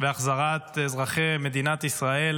והחזרת אזרחי מדינת ישראל